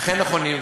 אכן נכונים.